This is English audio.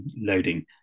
loading